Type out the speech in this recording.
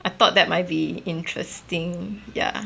I thought that might be interesting ya